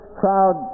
crowd